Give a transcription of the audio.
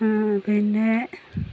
പിന്നെ